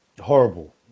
horrible